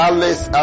Alice